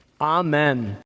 Amen